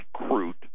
recruit